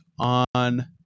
on